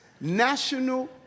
national